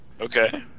okay